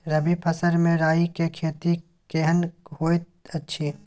रबी फसल मे राई के खेती केहन होयत अछि?